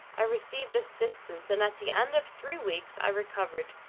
i received assistance, and at the end of three weeks i recovered.